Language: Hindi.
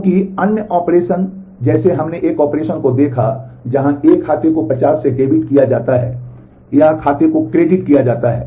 क्योंकि अन्य ऑपरेशन जैसे हमने एक ऑपरेशन को देखा जहां ए खाते को 50 से डेबिट किया जाता है या खाते को क्रेडिट किया जाता है